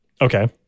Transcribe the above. Okay